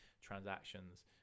transactions